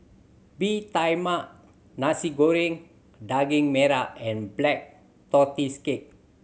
Bee Tai Mak Nasi Goreng Daging Merah and Black Tortoise Cake